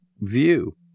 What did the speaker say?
view